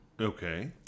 Okay